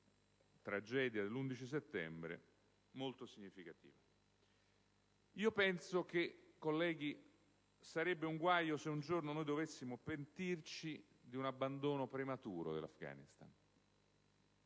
tragedia dell'11 settembre, molto significativa. Colleghi, penso che sarebbe un guaio se un giorno noi dovessimo pentirci di un abbandono prematuro dell'Afghanistan,